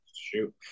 shoot